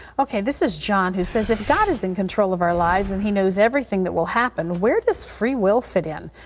okay, this is john, who says, if god is in control of our lives, and he knows everything that will happen, where does free will fit in?